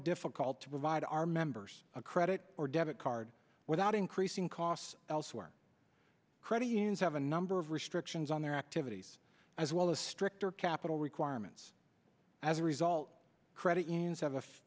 difficult to provide our members a credit or debit card without increasing costs elsewhere credit unions have a number of restrictions on their activities as well the stricter capital requirements as a result credit unions have